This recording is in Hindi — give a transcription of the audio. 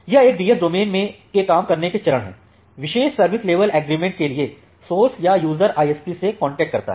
ये एक डीएस डोमेन के काम करने के चरण हैं विशेष सर्विस लेवल एग्रीमेंटके लिए सोर्स या यूज़र ISP से कांटेक्ट करता है